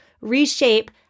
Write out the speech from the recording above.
reshape